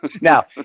Now